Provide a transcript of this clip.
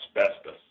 asbestos